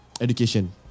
education